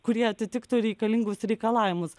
kurie atitiktų reikalingus reikalavimus